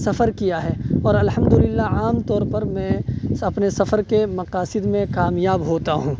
سفر کیا ہے اور الحمد للہ عام طور پر میں اپنے سفر کے مقاصد میں کامیاب ہوتا ہوں